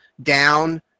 down